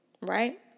Right